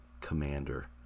commander